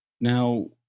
Now